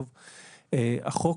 בוודאי.